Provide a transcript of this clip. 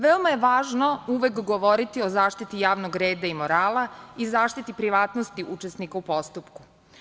Veoma je važno uvek govoriti o zaštiti javnog reda i morala i zaštiti privatnosti učesnika u postupku.